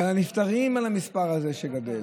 ועל הנפטרים, שהמספר שלהם גדל.